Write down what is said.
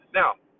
now